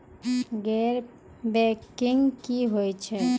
गैर बैंकिंग की होय छै?